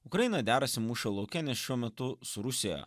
ukraina derasi mūšio lauke nes šiuo metu su rusija